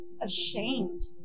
ashamed